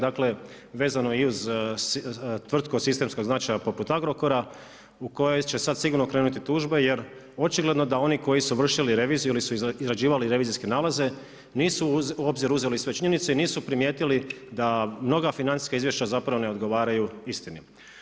Dakle, vezano i uz tvrtku od sistemskog značaja poput Agrokora u kojoj će sad sigurno krenuti tužbe jer očigledno da oni koji su vršili reviziju ili su izrađivali revizorske nalaze nisu u obzir uzeli sve činjenice i nisu primijetili da mnoga financijska izvješća zapravo ne odgovaraju istini.